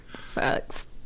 Sucks